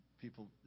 people